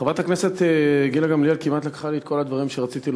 חברת הכנסת גילה גמליאל כמעט לקחה לי את כל הדברים שרציתי לומר.